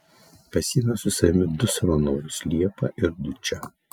pasiėmiau su savimi du savanorius liepą ir dučę